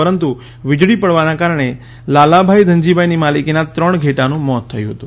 પરંતુ વિજળી પડવાના કારણે લાલાભાઇ ધનજીભાઇની માલિકીના ત્રણ ઘેટાનુ મોત થયુ હતુ